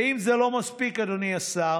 ואם זה לא מספיק, אדוני השר,